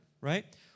right